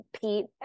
Pete